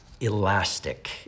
elastic